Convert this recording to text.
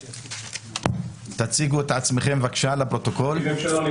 3. הצעת צו המועצות המקומיות (עבירות קנס) (תיקון),